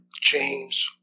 James